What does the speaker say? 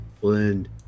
blend